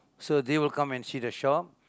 so they will come and see the shop